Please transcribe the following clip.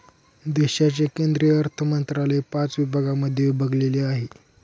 देशाचे केंद्रीय अर्थमंत्रालय पाच विभागांमध्ये विभागलेले आहे